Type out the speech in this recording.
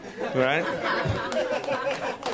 Right